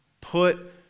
put